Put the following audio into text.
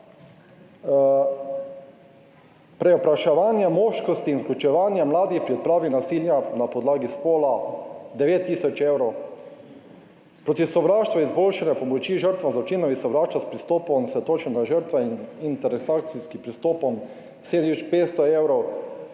Prevpraševanje moškosti in vključevanje mladih pri odpravi nasilja na podlagi spola 9 tisoč evrov; Proti sovraštvu: izboljšanje pomoči žrtvam zločinov iz sovraštva s pristopom, osredotočenim na žrtve, in intersekcijskim pristopom 7 tisoč